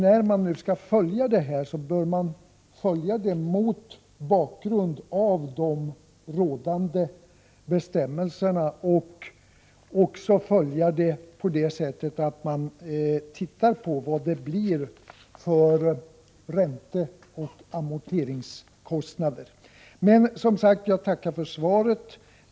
När man följer utvecklingen av detta bosparande bör man göra det mot bakgrund av de rådande bestämmelserna och se över hur stora ränteoch amorteringskostnaderna blir. Jag tackar än en gång för svaret.